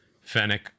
Fennec